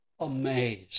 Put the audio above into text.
amazed